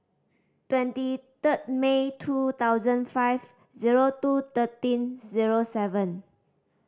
twenty third May two thousand five zero two thirteen zero seven